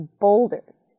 boulders